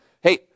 Hey